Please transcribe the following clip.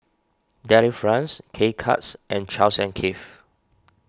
Delifrance K Cuts and Charles and Keith